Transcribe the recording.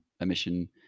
emission